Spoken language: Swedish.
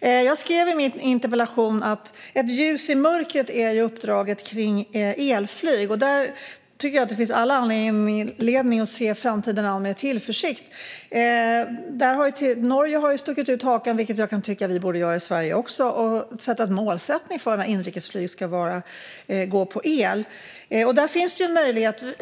Jag skrev i min interpellation att ett ljus i mörkret är uppdraget kring elflyg. Där tycker jag att det finns all anledning att se framtiden an med tillförsikt. Norge har ju stuckit ut hakan och satt ett mål för när inrikesflyget ska gå på el, vilket jag kan tycka att vi i Sverige också borde göra. Där finns det en möjlighet.